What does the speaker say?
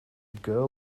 girl